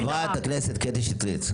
חברת הכנסת קטי שטרית.